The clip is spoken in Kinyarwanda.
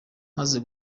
muze